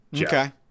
Okay